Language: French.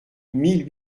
mille